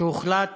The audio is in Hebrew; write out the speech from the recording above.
שהוחלט